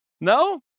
no